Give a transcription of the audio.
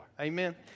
Amen